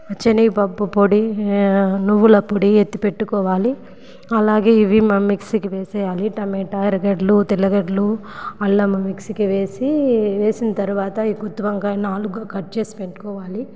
శనగ పప్పు పొడి నువ్వుల పొడి ఎత్తి పెట్టుకోవాలి అలాగే ఇవి మిక్సీకి వేయాలి టమాటా ఎర్రగడ్డలు తెల్లగడ్డలు అల్లం మిక్సీ వేసి వేసిన తర్వాత ఈ గుత్తి వంకాయ నాలుగు కట్ చేసి పెట్టుకోవాలి